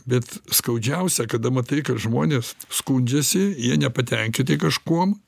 bet skaudžiausia kada matai kad žmonės skundžiasi jie nepatenkinti kažkuom